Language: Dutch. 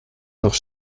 nog